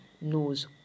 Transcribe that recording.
knows